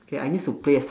okay I need to play as